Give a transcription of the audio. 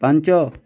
ପାଞ୍ଚ